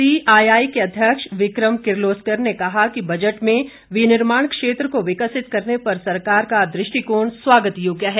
CII के अध्यक्ष विक्रम किरलोस्कर ने कहा कि बजट में विनिर्माण क्षेत्र को विकसित करने पर सरकार का दृष्टिकोण स्वागत योग्य है